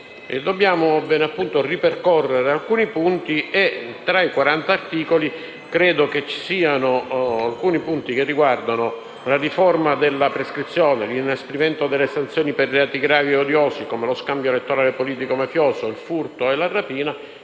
dobbiamo ripercorrere alcuni punti. Tra i 40 articoli ci sono alcuni punti che riguardano la riforma della prescrizione, l'inasprimento delle sanzioni per i reati gravi e odiosi, come lo scambio elettorale politico‑mafioso, il furto e la rapina,